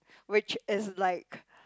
which is like